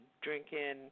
drinking